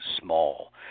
small